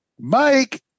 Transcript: Mike